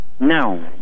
No